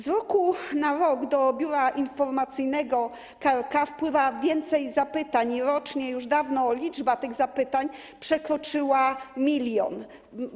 Z roku na rok do Biura Informacyjnego KRK wpływa coraz więcej zapytań i rocznie już dawno liczba tych zapytań przekroczyła 1 mln.